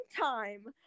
time